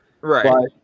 Right